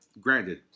Granted